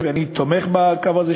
ואני תומך בקו הזה,